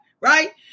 Right